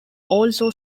also